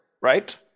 right